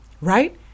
Right